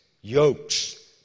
yokes